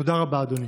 תודה רבה, אדוני.